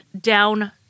down